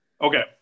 Okay